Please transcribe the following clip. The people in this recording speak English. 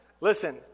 Listen